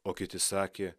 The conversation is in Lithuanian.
o kiti sakė